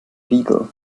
beagle